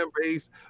base